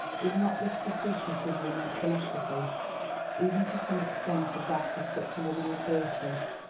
is not this the secret of woman's philosophy even, to some extent, of that of such a woman as beatrice?